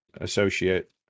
associate